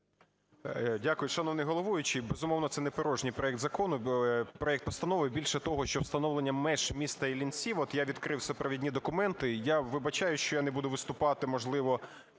Дякую, шановний головуючий. Безумовно, це не порожний проект закону... проект постанови. Більше того, що встановлення меж міста Іллінців, от я відкрив супровідні документи, я вибачаюсь, що я не буду виступати, можливо,